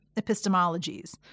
epistemologies